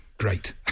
Great